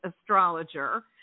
astrologer